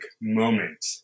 moment